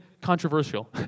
controversial